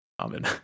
common